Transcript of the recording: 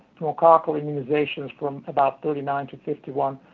pneumococcal immunizations from about thirty nine to fifty one,